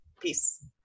Peace